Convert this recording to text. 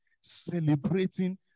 celebrating